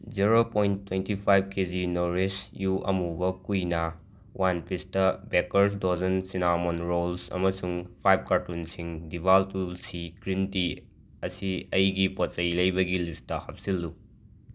zero point twenty five KG Nourish You ꯑꯃꯨꯕ quinoa one ꯄꯤꯁꯇ bakers dozen cinnamon rolls ꯑꯃꯁꯨꯡ ꯐꯥꯏꯞ ꯀꯥꯔꯇꯨꯟꯁꯤꯡ ꯗꯤꯕꯥꯜ ꯇꯨꯜꯁꯤ ꯒ꯭ꯔꯤꯟ ꯇꯤ ꯑꯁꯤ ꯑꯩꯒꯤ ꯄꯣꯠꯆꯩ ꯂꯩꯕꯒꯤ ꯂꯤꯁꯇ ꯍꯥꯞꯆꯤꯜꯂꯨ